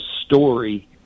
story